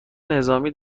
نظامی